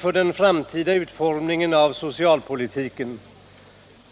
för den framtida utformningen av socialpolitiken.